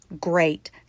Great